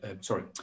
Sorry